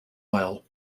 while